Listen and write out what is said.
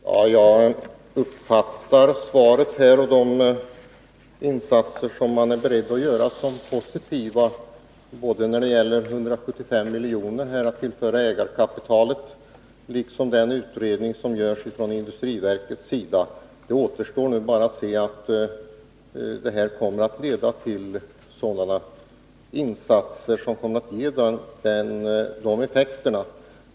Herr talman! Jag uppfattar svaret och de insatser som man är beredd att göra som positiva, både när det gäller att tillföra ägarkapitalet 175 milj.kr. och när det gäller den utredning som görs av industriverket. Det återstår nu bara att se om insatserna kommer att ge avsedd effekt.